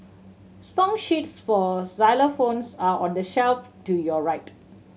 song sheets for xylophones are on the shelf to your right